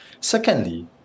Secondly